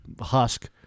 husk